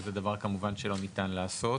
וזה דבר שכמובן לא ניתן לעשות,